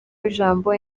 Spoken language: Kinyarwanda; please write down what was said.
w’ijambo